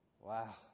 Wow